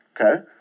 Okay